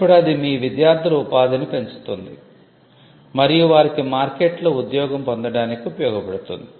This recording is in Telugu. ఇప్పుడు అది మీ విద్యార్థుల ఉపాధిని పెంచుతుంది మరియు వారికి మార్కెట్లో ఉద్యోగం పొందడానికి ఉపయోగపడుతుంది